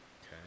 okay